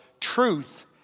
truth